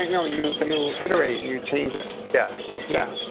you know you you iterate. and you change it. yeah yeah